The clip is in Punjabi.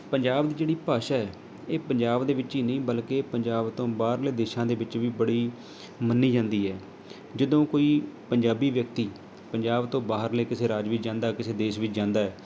ਪੰਜਾਬ ਦੀ ਜਿਹੜੀ ਭਾਸ਼ਾ ਹੈ ਇਹ ਪੰਜਾਬ ਦੇ ਵਿੱਚ ਹੀ ਨਹੀਂ ਬਲਕਿ ਪੰਜਾਬ ਤੋਂ ਬਾਹਰਲੇ ਦੇਸ਼ਾਂ ਦੇ ਵਿੱਚ ਵੀ ਬੜੀ ਮੰਨੀ ਜਾਂਦੀ ਹੈ ਜਦੋਂ ਕੋਈ ਪੰਜਾਬੀ ਵਿਅਕਤੀ ਪੰਜਾਬ ਤੋਂ ਬਾਹਰਲੇ ਕਿਸੇ ਰਾਜ ਵੀ ਜਾਂਦਾ ਕਿਸੇ ਦੇਸ਼ ਵਿੱਚ ਜਾਂਦਾ